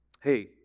Hey